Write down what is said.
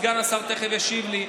וסגן השר תכף ישיב לי.